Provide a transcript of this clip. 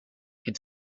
could